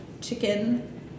chicken